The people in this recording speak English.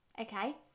okay